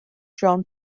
john